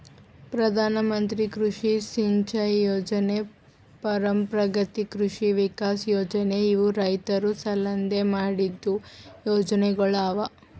ಪ್ರಧಾನ ಮಂತ್ರಿ ಕೃಷಿ ಸಿಂಚೈ ಯೊಜನೆ, ಪರಂಪ್ರಗತಿ ಕೃಷಿ ವಿಕಾಸ್ ಯೊಜನೆ ಇವು ರೈತುರ್ ಸಲೆಂದ್ ಮಾಡಿದ್ದು ಯೊಜನೆಗೊಳ್ ಅವಾ